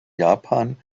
japan